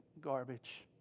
garbage